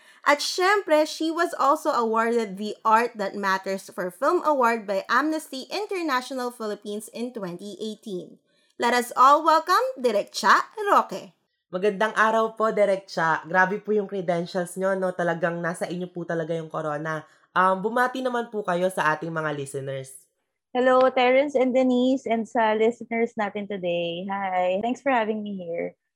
At syempre, she was also awarded the Art That Matters for Film Award by Amnesty International Philippines in 2018. Let us all welcome Direk Cha Roque. Magandang araw po, Direk Cha. Grabe po yung credentials nyo, no? Talagang nasa inyo po talaga yung corona. Um, bumati naman po kayo sa ating mga listeners. Hello, Terrence and Denise, and sa listeners natin today. Hi. Thanks for having me here.